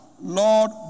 Lord